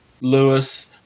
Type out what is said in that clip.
Lewis